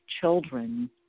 children